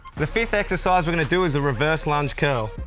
the fifth exercise we're going to do is a reverse lunge curl.